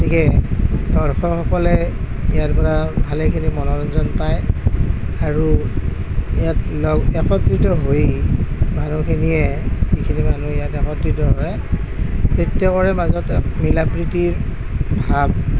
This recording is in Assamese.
গতিকে দৰ্শকসকলে ইয়াৰপৰা ভালেখিনি মনোৰঞ্জন পায় আৰু ইয়াত লগ একত্ৰিত হৈ মানুহখিনিয়ে যিখিনি মানুহ ইয়াত একত্ৰিত হয় প্ৰত্যেকৰে মাজতে মিলা প্ৰীতিৰ ভাব